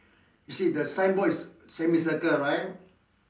you see the signboard is semicircle right